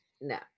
No